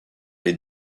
les